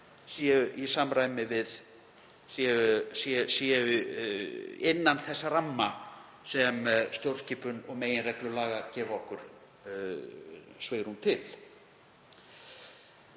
að grípa til séu innan þess ramma sem stjórnskipun og meginreglur laga gefa okkur svigrúm til.